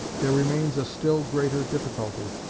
there remains a still greater difficulty,